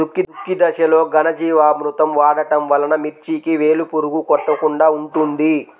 దుక్కి దశలో ఘనజీవామృతం వాడటం వలన మిర్చికి వేలు పురుగు కొట్టకుండా ఉంటుంది?